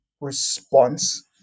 response